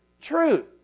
Truth